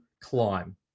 climb